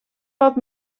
pot